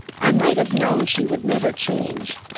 i might have known she would never change.